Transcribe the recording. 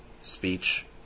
Speech